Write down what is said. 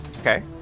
Okay